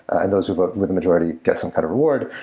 and those with ah with the majority get some kind of reward,